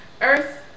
Earth